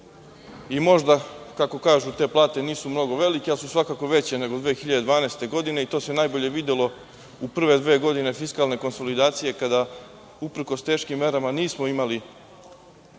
i možda te plate nisu mnogo velike, ali su svakako veće nego 2012. godine i to se najbolje videlo u prve dve godine fiskalne konsolidacije, kada uprkos teškim merama nismo imali